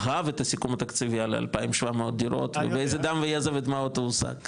אהב את הסיכום התקציבי על 2,700 דירות ואיזה דם ויזע ודמעות הוא הושג.